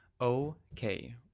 okay